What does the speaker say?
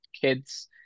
kids